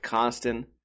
Constant